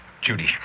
Judy